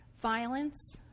violence